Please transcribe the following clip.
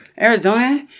Arizona